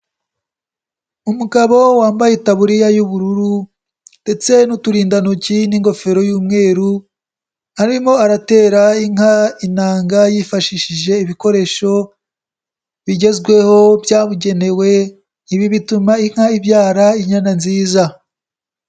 Umugabo wambaye itaburiya y'ubururu ndetse n'uturindantoki n'ingofero y'umweru, arimo aratera inka intanga yifashishije ibikoresho bigezweho byabugenewe, ibi bituma inka ibyara inyana nziza.